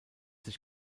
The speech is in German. sich